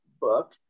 book